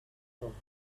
thought